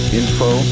info